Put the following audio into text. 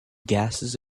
gases